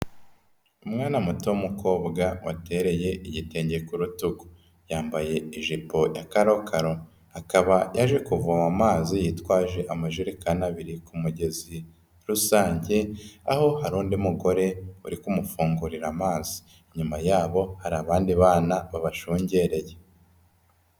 Umwana muto w'umukobwa watereye igitenge ku rutugu, yambaye ijipo ya karokaro, akaba yaje kuvoma amazi yitwaje amajerekani abiri ku mugezi rusange, aho hari undi mugore uri kumufungurira amazi. Inyuma yabo hari abandi bana babashungereye.